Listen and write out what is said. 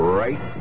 right